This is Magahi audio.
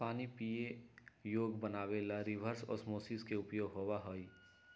पानी के पीये योग्य बनावे ला रिवर्स ओस्मोसिस के उपयोग भी होबा हई